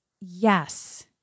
yes